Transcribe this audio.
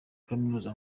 kaminuza